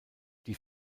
die